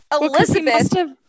Elizabeth